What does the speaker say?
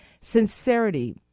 sincerity